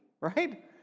right